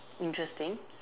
interesting